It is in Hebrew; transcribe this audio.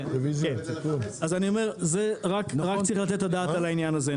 אז אני אומר זה רק צריך לתת את הדעת על העניין הזה.